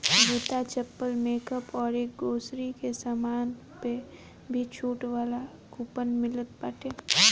जूता, चप्पल, मेकअप अउरी ग्रोसरी के सामान पअ भी छुट वाला कूपन मिलत बाटे